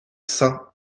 cents